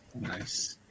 Nice